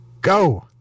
Go